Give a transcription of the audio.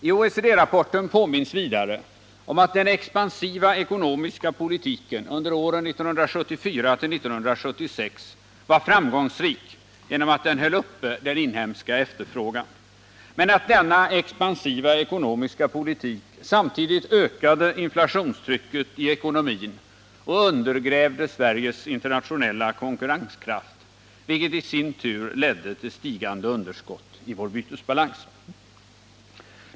I OECD rapporten påminns vidare om att den expansiva ekonomiska politiken under åren 1974-1976 var framgångsrik genom att den höll uppe den inhemska efterfrågan, men att denna expansiva ekonomiska politik samtidigt ökade inflationstrycket i ekonomin och undergrävde Sveriges internationella konkurrenskraft, vilket i sin tur ledde till stigande underskott i vår bytesbalans.